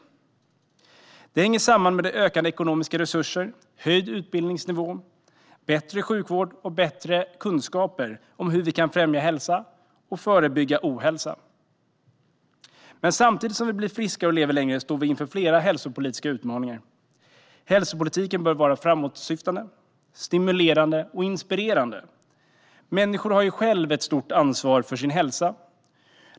Detta hänger samman med ökade ekonomiska resurser, höjd utbildningsnivå, bättre sjukvård och förbättrade kunskaper om hur vi kan främja hälsa och förebygga ohälsa. Men samtidigt som vi blir friskare och lever längre står vi inför flera hälsopolitiska utmaningar. Hälsopolitiken bör vara framåtsyftande, stimulerande och inspirerande. Människor har ju själva ett stort ansvar för sin hälsa.